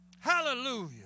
Hallelujah